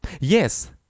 Yes